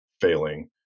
failing